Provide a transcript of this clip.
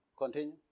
Continue